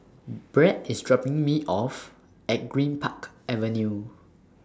Brett IS dropping Me off At Greenpark Avenue